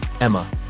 emma